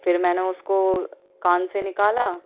پھر میں نے اس کو کان سے نکالا